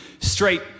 straight